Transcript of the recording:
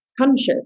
conscious